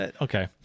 okay